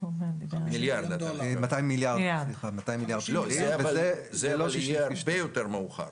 זה אבל יהיה הרבה יותר מאוחר.